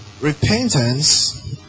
repentance